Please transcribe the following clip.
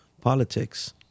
politics